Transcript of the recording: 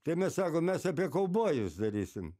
tai mes sakom mes apie kaubojus darysim